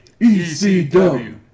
ECW